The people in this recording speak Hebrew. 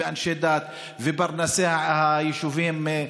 אנשי דת ופרנסי היישובים,